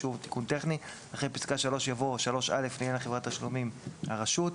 אחרי פסקה (3) יבוא: "(3א) לעניין חברת תשלומים הרשות".